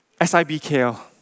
S-I-B-K-L